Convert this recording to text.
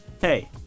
hey